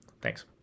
Thanks